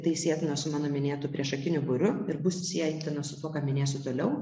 tai sietina su mano minėtu priešakiniu būriu ir bus sietina su tuo ką minėsiu toliau